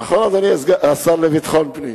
נכון, אדוני השר לביטחון פנים?